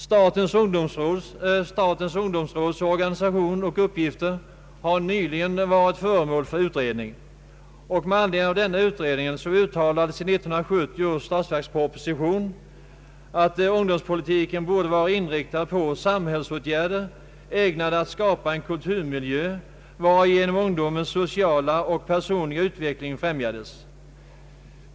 Statens ungdomsråds organisation och uppgifter har nyligen varit föremål för utredning. Med anledning av denna utredning uttalades i 1970 års statsverksproposition att ungdomspolitiken borde vara inriktad på samhällsåtgärder ägnade att skapa en kulturmiljö varigenom ungdomens sociala och personliga utveckling främjades.